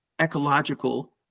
ecological